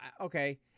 Okay